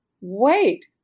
wait